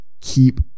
keep